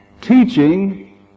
teaching